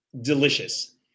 delicious